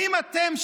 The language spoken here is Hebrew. האם אתם,